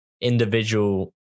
individual